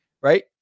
Right